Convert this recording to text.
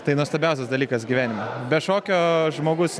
tai nuostabiausias dalykas gyvenime be šokio žmogus